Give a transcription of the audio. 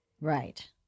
Right